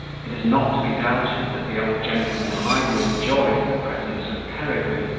it is not to be doubted that the old gentleman highly enjoyed the presence of peregrine,